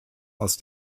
aus